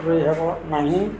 ହେବ ନାହିଁ